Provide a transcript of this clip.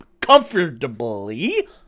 comfortably